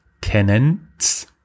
Tenants